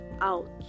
out